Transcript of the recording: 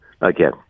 Again